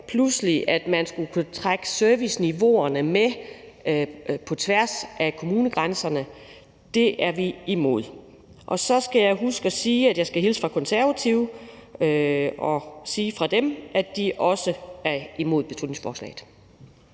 skulle kunne trække serviceniveauerne med på tværs af kommunegrænserne, er vi imod. Så skal jeg huske at hilse fra Konservative og sige, at de også er imod beslutningsforslaget.